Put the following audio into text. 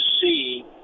see